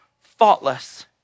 faultless